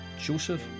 Joseph